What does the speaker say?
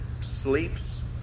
sleeps